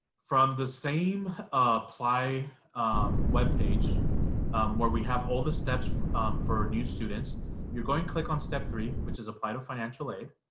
from the same apply um web page where we have all the steps for for new students you're going to click on step three which is apply to financial aid